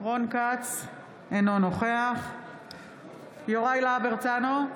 רון כץ, אינו נוכח יוראי להב הרצנו,